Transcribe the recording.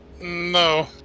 No